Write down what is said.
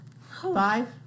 Five